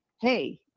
hey